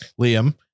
Liam